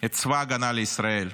את צבא ההגנה לישראל,